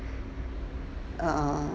err